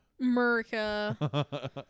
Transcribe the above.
America